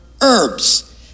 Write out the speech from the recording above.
herbs